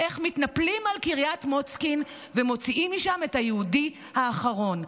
זה איך מתנפלים על קריית מוצקין ומוציאים משם את היהודי האחרון.